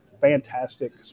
fantastic